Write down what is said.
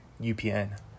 UPN